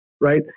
right